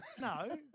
No